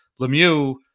Lemieux